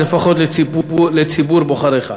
אז לפחות לציבור בוחריך.